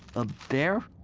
a bear.